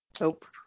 Nope